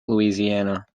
louisiana